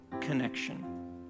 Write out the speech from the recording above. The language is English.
connection